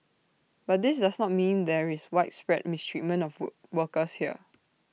but this does not mean there is widespread mistreatment of work workers here